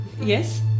Yes